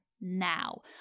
now